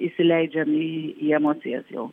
įsileidžiam į į emocijas jau